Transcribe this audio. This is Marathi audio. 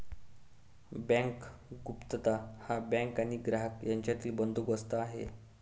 बँक गुप्तता हा बँक आणि ग्राहक यांच्यातील बंदोबस्त आहे